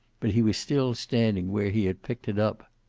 but he was still standing where he had picked it up.